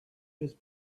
was